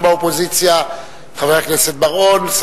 חבר הכנסת בר-און,